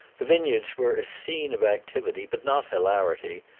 the vineyards were a scene of activity, but not hilarity,